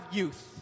youth